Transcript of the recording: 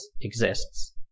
exists